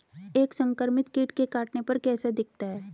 एक संक्रमित कीट के काटने पर कैसा दिखता है?